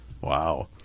Wow